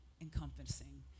encompassing